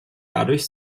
dadurch